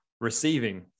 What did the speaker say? Receiving